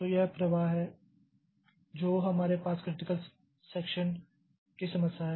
तो यह प्रवाह है जो हमारे पास क्रिटिकल सेक्षन की समस्या है